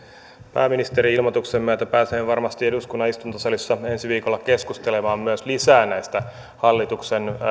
pääministerin ilmoituksen myötä pääsee varmasti eduskunnan istuntosalissa ensi viikolla keskustelemaan myös lisää näistä hallituksen